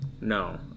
No